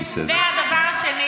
והיא מטווחת באופן קבוע.